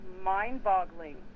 mind-boggling